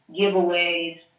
giveaways